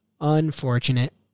Unfortunate